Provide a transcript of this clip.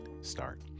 start